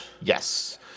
Yes